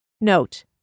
Note